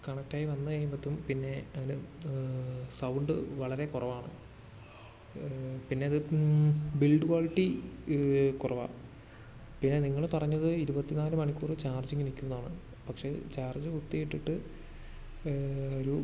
കണക്റ്റായി വന്ന് കയ്യുമ്പത്തും പിന്നെ അത് സൗണ്ട് വളരെ കുറവാണ് പിന്നെ അത് ബിൽഡ് ക്വാളിറ്റി കുറവാണ് പിന്നെ നിങ്ങൾ പറഞ്ഞത് ഇരുപത്തി നാല് മണിക്കൂറ് ചാർജിംഗ് നിക്കുന്നാണ് പക്ഷേ ചാർജ് കുത്തി ഇട്ടിട്ട് ഒരു